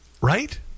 Right